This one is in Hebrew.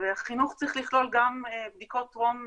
וחינוך צריך לכלול גם בדיקות טרום נישואים,